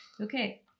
okay